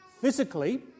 physically